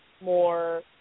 more